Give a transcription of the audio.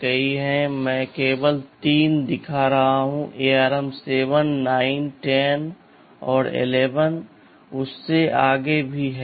कई हैं मैं केवल तीन दिखा रहा हूं ARM 7 9 10 और 11 और उससे आगे भी हैं